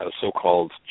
so-called